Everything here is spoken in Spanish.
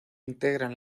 integran